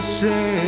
say